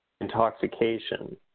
intoxication